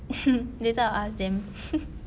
later I'll ask them